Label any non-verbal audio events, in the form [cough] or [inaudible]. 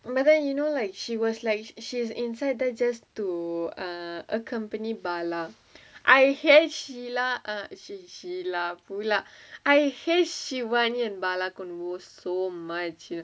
and then you know like she was like she's inside just to err accompany bala I hate sheila uh she~ sheila [laughs] I hate shivani and bala [noise] so much you know